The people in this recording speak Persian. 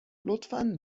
لطفا